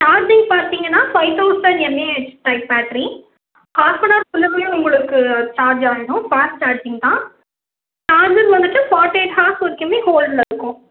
battery பார்த்தீங்கன்னா five thousand mAh type battery ஆஃப்பனார் குள்ளாறையே உங்களுக்கு சார்ஜ் ஆயிடும் ஃபாஸ்ட் சார்ஜிங் தான் சார்ஜர் வந்துவிட்டு ஃபார்ட்டி எயிட் ஹார்ஸ் வரைக்குமே ஹோல்ட்டில் இருக்கும்